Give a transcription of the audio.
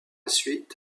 suite